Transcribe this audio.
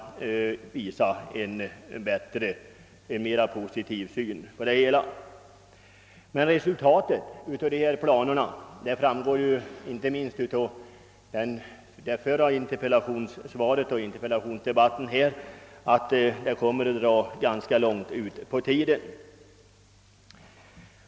Men resultatet av dessa planer — det framgår inte minst av det förra interpellationssvaret och debatten i samband därmed — kommer inte att visa sig förrän långt fram i tiden.